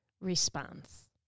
response